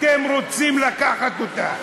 אתם רוצים לקחת אותה.